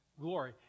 glory